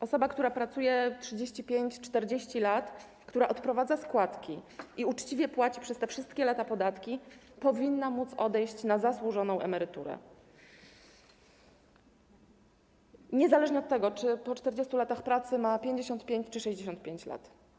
Osoba, która pracuje 35–40 lat, która odprowadza składki i uczciwie płaci przez te wszystkie lata podatki, powinna móc odejść na zasłużoną emeryturę niezależnie od tego, czy po 40 latach pracy ma 55 czy 65 lat.